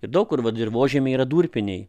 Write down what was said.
ir daug kur va dirvožemiai yra durpiniai